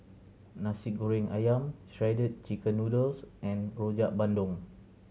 Nasi Goreng Ayam Shredded Chicken Noodles and Rojak Bandung